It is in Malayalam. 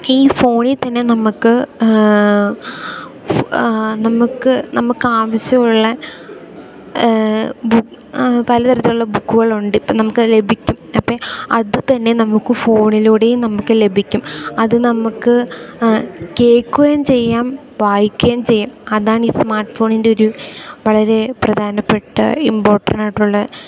ഈ ഫോണിൽതന്നെ നമ്മൾക്ക് നമുക്ക് നമുക്കാവശ്യം ഉള്ള പലതരത്തിലുള്ള ബുക്കുകളുണ്ട് ഇപ്പം നമുക്ക് ലഭിക്കും അപ്പോൾ അതുതന്നെ നമുക്ക് ഫോണിലൂടെയും നമുക്ക് ലഭിക്കും അത് നമുക്ക് കേൾക്കുകയും ചെയ്യാം വായിക്കുകയും ചെയ്യാം അതാണ് ഈ സ്മാർട്ട് ഫോണിൻ്റെയൊരു വളരെ പ്രധാനപ്പെട്ട ഇമ്പോർട്ടൻ്റായിട്ടുള്ള